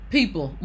People